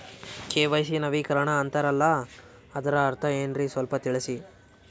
KYC ನವೀಕರಣ ಅಂತಾರಲ್ಲ ಅದರ ಅರ್ಥ ಏನ್ರಿ ಸ್ವಲ್ಪ ತಿಳಸಿ?